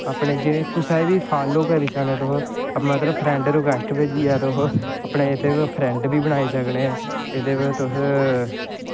अपनै कुसै गी बी फालो करी सकने तुस अपने फ्रैंड रिकवैस्ट भेजियै तुस अपने फ्रैंड बी बनाई सकने तुस एह्दे पर तुस